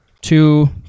Two